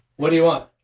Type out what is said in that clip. what do you want?